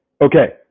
okay